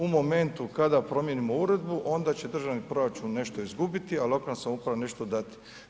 U momentu kada promijenimo uredbu, onda će državni proračun nešto izgubiti, a lokalna samouprava nešto dati.